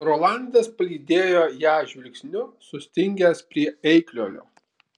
rolandas palydėjo ją žvilgsniu sustingęs prie eikliojo